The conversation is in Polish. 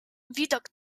widok